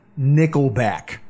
Nickelback